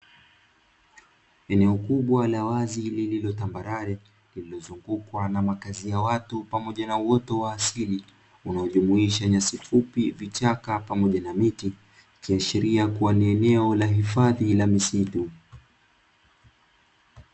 Eneo kubwa la wazi liliotambarare limezungukwa na makazi ya watu pamoja na uoto wa asili, unaojumuisha nyasi fupi, vichaka pamoja na miti; ikiashiria kuwa ni eneo la hifadhi la misitu.